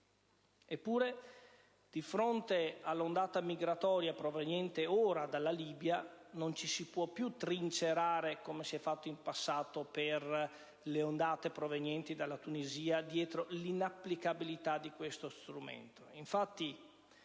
Eppure, di fronte all'ondata migratoria proveniente ora dalla Libia non ci si può più trincerare, come si è fatto in passato per le ondate provenienti dalla Tunisia, dietro l'inapplicabilità di questo strumento.